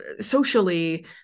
socially